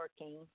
working